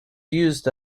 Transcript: used